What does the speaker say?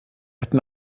hatten